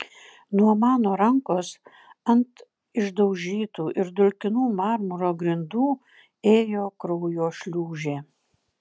nuo mano rankos ant išdaužytų ir dulkinų marmuro grindų ėjo kraujo šliūžė